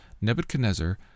Nebuchadnezzar